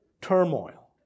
turmoil